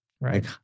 Right